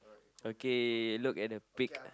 okay look at the pic